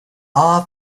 all